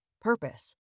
purpose